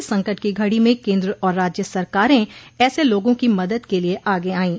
इस संकट की घड़ी में केंद्र और राज्य सरकारें ऐसे लोगों की मदद के लिए आगे आईं